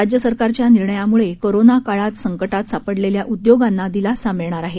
राज्य सरकारच्या निर्णयामुळे कोरोनाकाळात संकटात सापडलेल्या उद्योगांना दिलासा मिळणार आहे